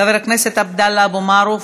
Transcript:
חבר הכנסת עבדאללה אבו מערוף,